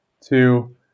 Two